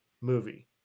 movie